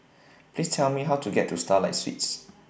Please Tell Me How to get to Starlight Suites